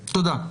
תודה.